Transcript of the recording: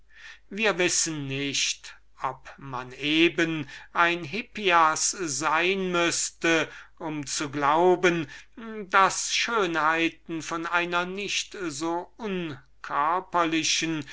wir wissen nicht ob man eben ein hippias sein müßte um zu glauben daß gewisse schönheiten von einer nicht so